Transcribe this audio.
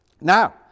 Now